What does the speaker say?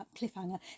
cliffhanger